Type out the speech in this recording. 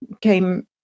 came